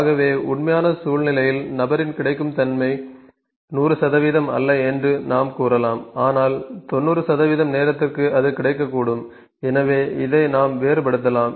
ஆகவே உண்மையான சூழ்நிலையில் நபரின் கிடைக்கும் தன்மை 100 அல்ல என்று நாம் கூறலாம் ஆனால் 90 நேரத்திற்கு அது கிடைக்கக்கூடும் எனவே இதை நாம் வேறுபடுத்தலாம்